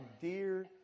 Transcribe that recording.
dear